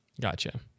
Gotcha